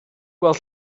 gweld